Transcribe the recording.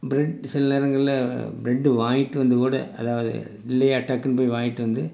bread சில நேரங்களில் bread வாங்கிட்டு வந்து கூட அதாவது இல்லையா டக்குனு போய் வாங்கிட்டு வந்து